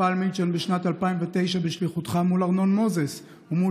פעל מילצ'ן בשנת 2009 בשליחותך מול ארנון מוזס" ומול